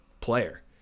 player